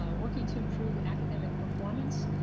um working to improve academic performance,